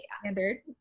standard